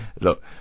Look